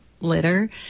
litter